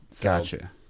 gotcha